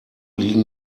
liegen